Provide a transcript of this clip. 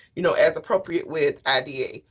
you know, as appropriate with idea.